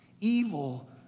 evil